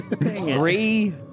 three